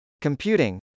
computing